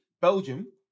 Belgium